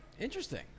Interesting